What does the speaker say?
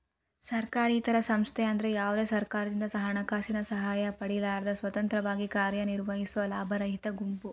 ಸರ್ಕಾರೇತರ ಸಂಸ್ಥೆ ಅಂದ್ರ ಯಾವ್ದೇ ಸರ್ಕಾರದಿಂದ ಹಣಕಾಸಿನ ಸಹಾಯ ಪಡಿಲಾರ್ದ ಸ್ವತಂತ್ರವಾಗಿ ಕಾರ್ಯನಿರ್ವಹಿಸುವ ಲಾಭರಹಿತ ಗುಂಪು